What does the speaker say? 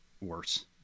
worse